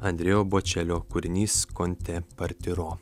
andrejo bočelio kūrinys con te partiro